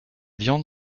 viande